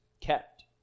kept